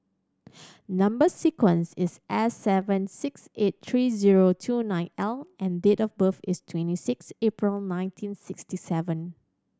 number sequence is S seven six eight three zero two nine L and date of birth is twenty six April nineteen sixty seven